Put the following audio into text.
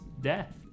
death